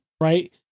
right